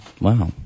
Wow